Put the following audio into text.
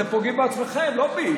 אתם פוגעים בעצמכם, לא בי.